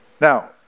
Now